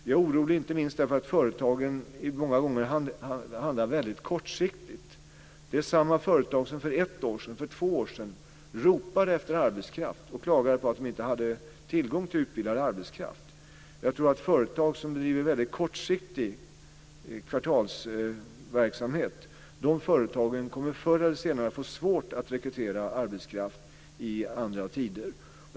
Jag är orolig inte minst därför att företagen många gånger handlar kortsiktigt. Det är samma företag som för ett år sedan, som för två år sedan ropade efter arbetskraft och klagade på att de inte hade tillgång till utbildad arbetskraft. Jag tror att företag som bedriver kortsiktig kvartalsverksamhet förr eller senare kommer att få svårt att rekrytera arbetskraft i andra tider.